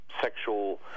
Sexual